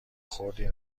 خردی